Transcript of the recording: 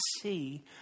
see